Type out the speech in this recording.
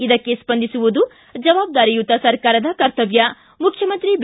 ಇದಕ್ಕೆ ಸ್ಪಂದಿಸುವುದು ಜವಾಬ್ದಾರಿಯುತ ಸರ್ಕಾರದ ಕರ್ತವ್ಯ ಮುಖ್ಯಮಂತ್ರಿ ಬಿ